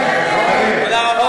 חברים, למה תודה רבה.